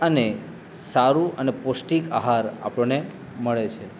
અને સારું અને પૌષ્ટિક આહાર આપણને મળે છે